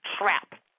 trap